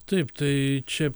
taip tai čia